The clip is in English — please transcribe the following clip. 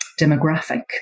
demographic